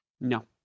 No